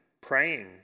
praying